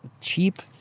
cheap